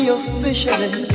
officially